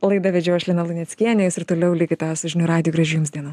laidą vedžiau aš lina luneckienė jūs ir toliau likite su žinių radiju gražių jums dienų